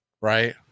Right